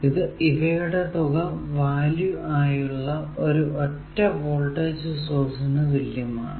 ഇത് ഇവയുടെ തുക വാല്യൂ ആയുള്ള ഒരു ഒറ്റ വോൾടേജ് സോഴ്സിന് തുല്യമാണ്